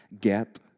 get